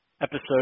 episode